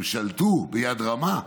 הם שלטו ביד רמה.